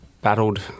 battled